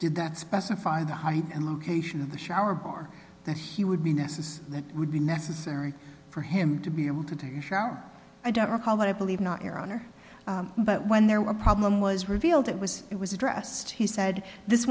did that specify the height and location of the shower bar that he would be necessary that would be necessary for him to be able to take a shower i don't recall but i believe not your honor but when there were a problem was revealed it was it was addressed he said this